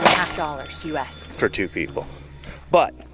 half dollars us for two people but